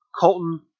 Colton